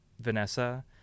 Vanessa